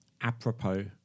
apropos